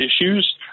issues